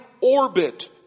orbit